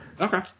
Okay